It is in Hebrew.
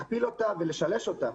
להכפיל ולשלש אותה,